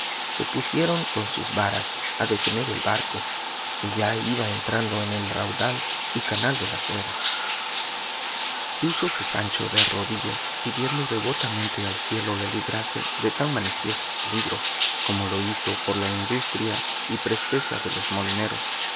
se pusieron con sus varas a detener el barco que ya iba entrando en el raudal y canal de las ruedas púsose sancho de rodillas pidiendo devotamente al cielo le librase de tan manifiesto peligro como lo hizo por la industria y presteza de los molineros